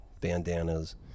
bandanas